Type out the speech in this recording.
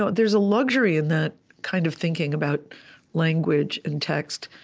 so there's a luxury in that kind of thinking about language and text,